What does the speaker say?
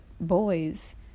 boys